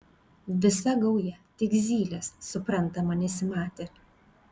visa gauja tik zylės suprantama nesimatė